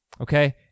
Okay